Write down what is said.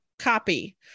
copy